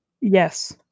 Yes